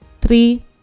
three